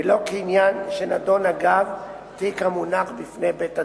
ולא כעניין שנדון אגב תיק המונח בפני בית-הדין.